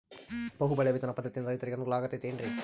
ಬಹು ಬೆಳೆ ವಿಧಾನ ಪದ್ಧತಿಯಿಂದ ರೈತರಿಗೆ ಅನುಕೂಲ ಆಗತೈತೇನ್ರಿ?